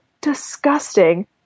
disgusting